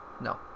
No